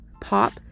pop